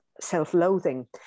self-loathing